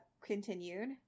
continued